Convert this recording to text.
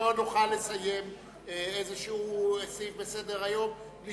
לא נוכל לסיים איזה סעיף בסדר-היום בלי